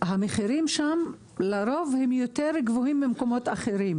המחירים שם לרוב הם יותר גבוהים ממקומות אחרים.